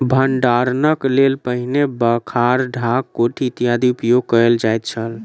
भंडारणक लेल पहिने बखार, ढाक, कोठी इत्यादिक उपयोग कयल जाइत छल